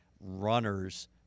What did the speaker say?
runners